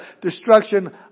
destruction